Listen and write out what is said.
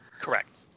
Correct